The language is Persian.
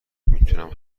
میتونم